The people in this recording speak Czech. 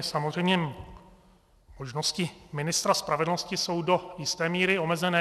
Samozřejmě, možnosti ministra spravedlnosti jsou do jisté míry omezené.